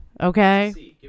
Okay